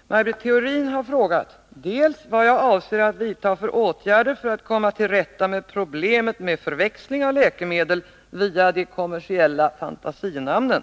Herr talman! Maj Britt Theorin har frågat dels vad jag avser att vidta för åtgärder för att komma till rätta med problemet med förväxling av läkemedel via de kommersiella fantasinamnen,